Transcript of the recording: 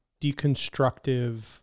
deconstructive